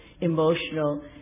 emotional